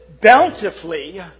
bountifully